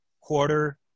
quarter